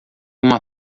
uma